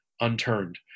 unturned